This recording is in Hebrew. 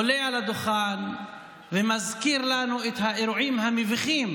עולה על הדוכן ומזכיר לנו את האירועים המביכים